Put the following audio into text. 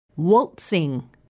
Waltzing